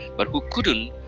but who couldn't,